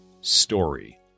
story